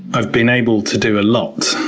i've been able to do a lot.